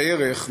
בערך,